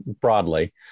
broadly